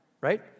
right